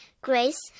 grace